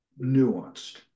nuanced